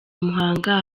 muhanga